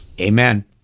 Amen